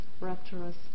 rapturous